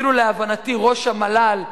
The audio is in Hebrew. אפילו להבנתי ראש המל"ל,